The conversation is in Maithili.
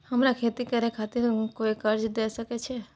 हमरा खेती करे खातिर कोय कर्जा द सकय छै?